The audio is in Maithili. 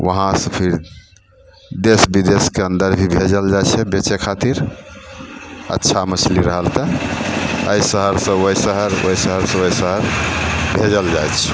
वहाँसे फेर देश विदेशके अन्दरभी भेजल जाइ छै बेचै खातिर अच्छा मछली रहल तऽ एहि शहरसे ओहि शहर ओहि शहरसे ओहि शहर भेजल जाइ छै